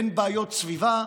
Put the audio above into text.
אין בעיות סביבה,